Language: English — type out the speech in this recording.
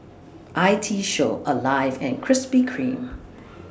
I T Show Alive and Krispy Kreme